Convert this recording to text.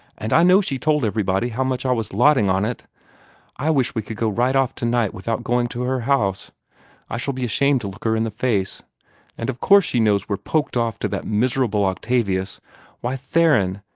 and i know she told everybody how much i was lotting on it i wish we could go right off tonight without going to her house i shall be ashamed to look her in the face and of course she knows we're poked off to that miserable octavius why, theron,